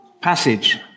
passage